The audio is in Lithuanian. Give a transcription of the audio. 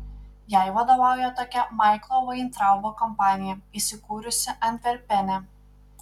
jai vadovauja tokia maiklo vaintraubo kompanija įsikūrusi antverpene